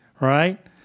right